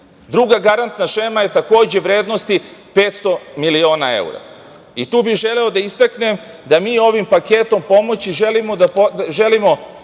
evra. Druga garantna šema je, takođe vrednosti 500 miliona evra. Tu bi želeo da istaknem da mi ovim paketom pomoći želimo